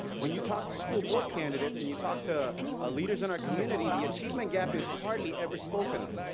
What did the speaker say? when you talk to school board candidates, when you talk to ah leaders in our community, the achievement gap is hardly ever spoken of.